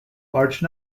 large